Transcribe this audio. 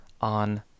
on